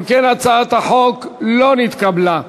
אם כן, הצעת החוק לא נתקבלה.